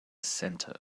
center